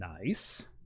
Nice